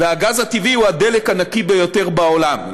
והגז הטבעי הוא הדלק הנקי ביותר בעולם.